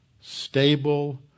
stable